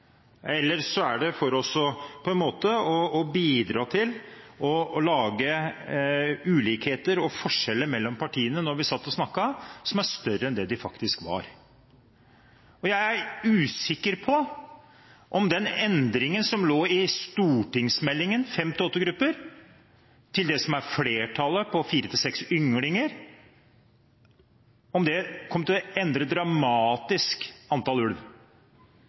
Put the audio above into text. Eller så er det for å bidra til å lage ulikheter og forskjeller mellom partiene som er større enn det de faktisk var da vi satt og snakket. Jeg er usikker på om den endringen som lå i stortingsmeldingen, fra fem til åtte grupper, til det som flertallet er for, fire til seks ynglinger, kommer til å endre antallet ulv dramatisk.